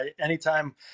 anytime